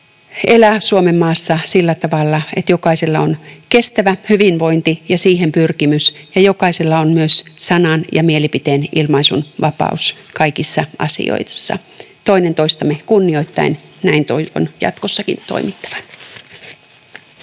elää Suomenmaassa sillä tavalla, että jokaisella on kestävä hyvinvointi ja siihen pyrkimys ja jokaisella on myös sanan‑ ja mielipiteenilmaisunvapaus kaikissa asioissa toinen toistamme kunnioittaen. Näin toivon jatkossakin toimittavan.